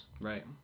Right